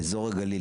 באזור הגליל,